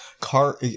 car